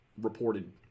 reported